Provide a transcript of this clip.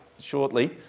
shortly